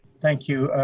thank you.